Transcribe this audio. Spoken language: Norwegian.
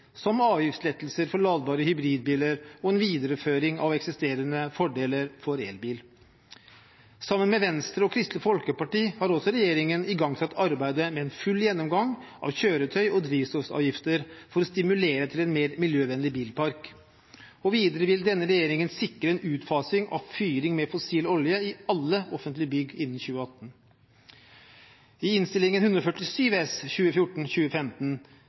som avgiftslettelser for ladbare hybridbiler og en videreføring av eksisterende fordeler for elbil. Sammen med Venstre og Kristelig Folkeparti har også regjeringen igangsatt arbeidet med en full gjennomgang av kjøretøy- og drivstoffavgifter for å stimulere til en mer miljøvennlig bilpark. Videre vil denne regjeringen sikre en utfasing av fyring med fossil olje i alle offentlige bygg innen 2018. I Innst. 147 S